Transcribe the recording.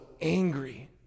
angry